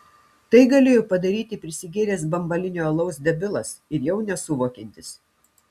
tai galėjo padaryti prisigėręs bambalinio alaus debilas ir jau nesuvokiantis